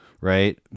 right